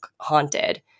haunted